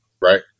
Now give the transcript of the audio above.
Right